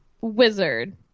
wizard